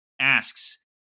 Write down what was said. asks